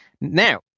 Now